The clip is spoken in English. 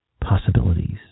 Possibilities